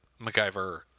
MacGyver